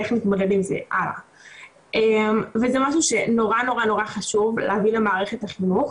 וזה משהו שנורא חשוב להביא למערכת החינוך,